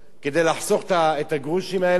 כדי לחסוך את הגרושים האלה?